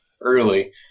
early